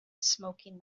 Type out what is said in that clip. smoking